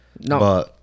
No